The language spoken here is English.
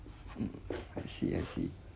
mm I see I see